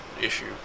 issue